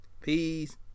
Peace